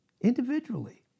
Individually